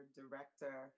director